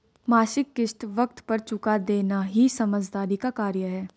मासिक किश्त वक़्त पर चूका देना ही समझदारी का कार्य है